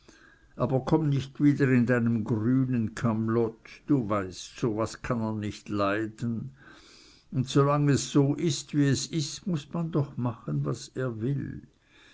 aber komme nich wieder in deinem grünen kamlott du weißt so was kann er nich leiden und solang es so is wie es is muß man doch machen was er will